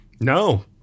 No